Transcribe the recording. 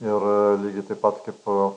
ir lygiai taip pat kaip